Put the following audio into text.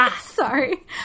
sorry